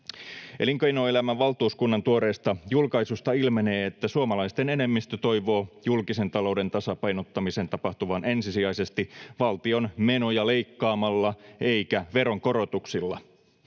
Elinkeinoelämän valtuuskunnan tuoreesta julkaisusta ilmenee, että suomalaisten enemmistö toivoo julkisen talouden tasapainottamisen tapahtuvan ensisijaisesti valtion menoja leikkaamalla eikä veronkorotuksilla.